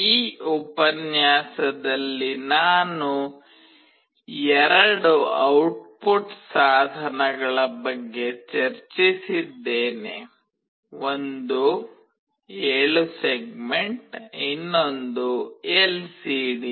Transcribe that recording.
ಈ ಉಪನ್ಯಾಸದಲ್ಲಿ ನಾನು ಎರಡು ಔಟ್ಪುಟ್ ಸಾಧನಗಳ ಬಗ್ಗೆ ಚರ್ಚಿಸಿದ್ದೇನೆ ಒಂದು 7 ಸೆಗ್ಮೆಂಟ್ ಇನ್ನೊಂದು ಎಲ್ಸಿಡಿ